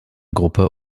gruppe